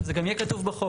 שזה גם יהיה כתוב בחוק.